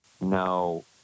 no